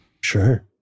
sure